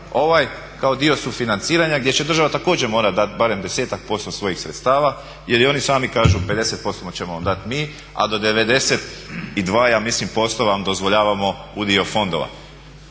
ovaj kao dio sufinanciranja gdje će država također morati dati barem desetak posto svojih sredstava jer i oni sami kažu 50% ćemo vam dati mi, a do 92 ja mislim posto vam dozvoljavamo udio fondova.